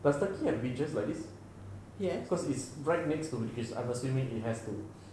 does turkey have beaches like this because it's right next to greece I'm assuming it has to